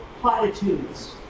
platitudes